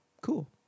cool